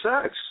sex